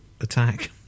attack